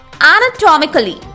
anatomically